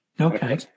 Okay